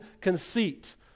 conceit